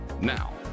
now